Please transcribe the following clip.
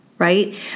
Right